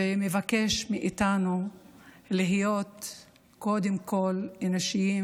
ומבקש מאיתנו להיות קודם כול אנושיים